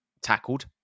tackled